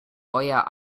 euer